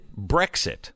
Brexit